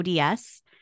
ODS